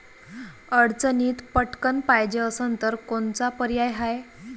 अडचणीत पटकण पायजे असन तर कोनचा पर्याय हाय?